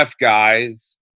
guys